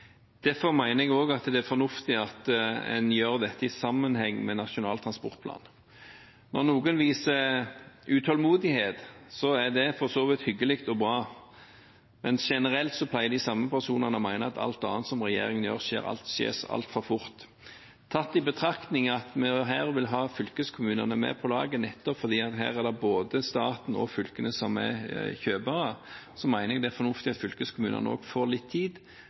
Derfor mener jeg også det er fornuftig at en gjør dette i sammenheng med Nasjonal transportplan. Når noen viser utålmodighet, er det for så vidt hyggelig og bra, men generelt pleier de samme personene å mene at alt annet som regjeringen gjør, skjer altfor fort. Tatt i betraktning at vi her vil ha fylkeskommunene med på laget nettopp fordi det her er både staten og fylkene som er kjøpere, mener jeg det er fornuftig at fylkeskommunene også får litt tid